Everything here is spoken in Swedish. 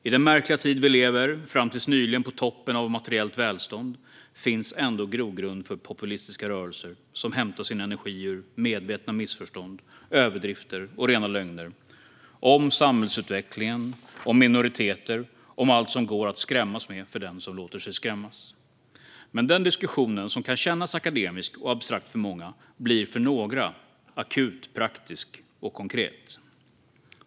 I den märkliga tid vi lever i, fram till nyligen på toppen av materiellt välstånd, finns ändå grogrund för populistiska rörelser som hämtar sin energi ur medvetna missförstånd, överdrifter och rena lögner - om samhällsutvecklingen, om minoriteter, om allt som går att skrämma den som låter sig skrämmas med. Men den diskussionen, som kan kännas akademisk och abstrakt för många, blir för några akut praktisk och konkret.